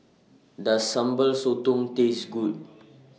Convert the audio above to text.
Does Sambal Sotong Taste Good